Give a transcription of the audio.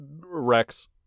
Rex